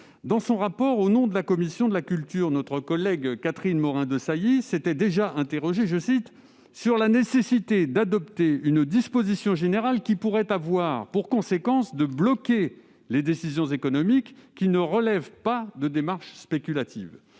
de 2016, fait au nom de la commission de la culture, notre collègue Catherine Morin-Desailly s'interrogeait déjà « sur la nécessité d'adopter une disposition générale qui pourrait avoir pour conséquence de bloquer les décisions économiques qui ne relèvent pas de démarches spéculatives ».